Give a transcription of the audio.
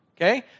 Okay